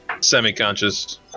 semi-conscious